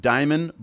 Diamond